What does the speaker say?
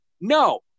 No